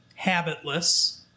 habitless